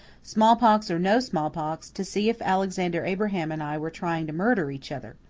smallpox or no smallpox, to see if alexander abraham and i were trying to murder each other.